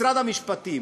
משרד המשפטים